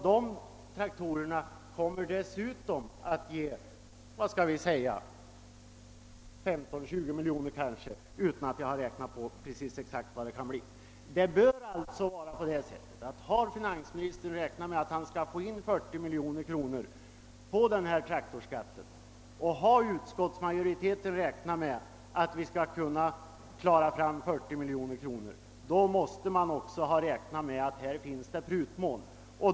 De traktorerna kommer dessutom att ge kanske 15 å 20 miljoner kronor — jag har inte räknat ut precis vad det kan bli. Det bör alltså förhålla sig så att om finansministern räknat med att han skall få in 40 miljoner kronor på traktorskatten och utskottsmajoriteten också räknat med detta belopp, måste man ha räknat med att här finns det prutmån.